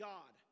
God